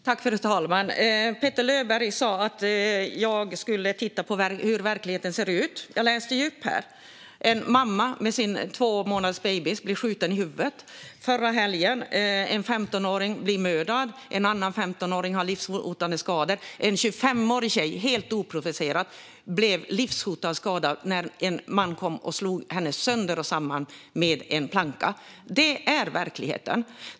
Fru talman! Petter Löberg sa att jag skulle titta på hur verkligheten ser ut. Men jag läste ju upp exempel på det. En mamma med en två månader gammal baby blev skjuten i huvudet. Förra helgen blev en 15-åring mördad. En annan 15-åring har livshotande skador. En 25-årig tjej blev helt oprovocerad livshotande skadad när en man slog henne sönder och samman med en planka. Detta är verkligheten.